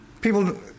people